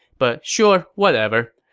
but sure, whatever.